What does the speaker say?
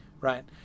right